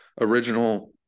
Original